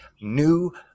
New